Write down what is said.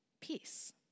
peace